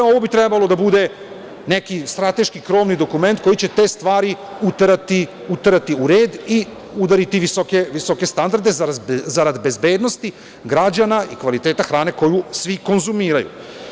Ovo bi trebalo da bude neki strateški, krovni dokument koji će te stvari uterati u red i udariti visoke standarde zarad bezbednosti građana i kvaliteta hrane koju svi konzumiraju.